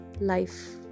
life